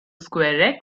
square